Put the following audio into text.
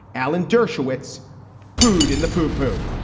alan dershowitz pooed in the poo-poo.